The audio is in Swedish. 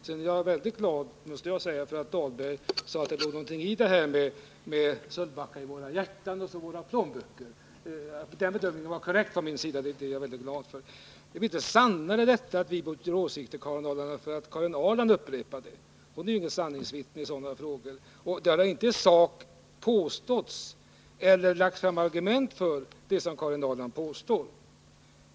Sedan måste jag säga att jag är mycket glad över att Rolf Dahlberg sade att det ligger någonting i talet om Sölvbacka i våra hjärtan och våra plånböcker. Att Rolf Dahlberg anser att denna min bedömning är korrekt är jag, som sagt, mycket glad över. Påståendet att vi byter åsikter blir inte sannare bara därför att Karin Ahrland upprepar det. Hon är inget sanningsvittne i sådana frågor. Det har inte heller lagts fram några argument som bevis för vad Karin Ahrland påstår.